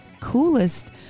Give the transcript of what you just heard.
coolest